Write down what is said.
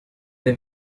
the